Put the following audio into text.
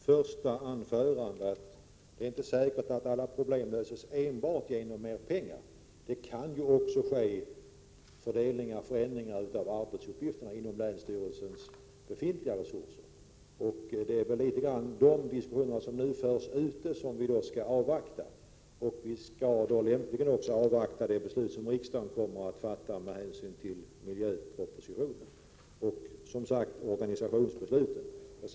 Herr talman! I mitt första anförande sade jag att det inte är säkert att alla problem löses enbart genom mer pengar. Det kan också ske förändringar av arbetsuppgifterna inom länsstyrelsernas befintliga resurser. Låt oss avvakta de diskussioner som förs. Vi bör lämpligen också avvakta riksdagens beslut med anledning av miljöpropositionen samt organisationsbesluten.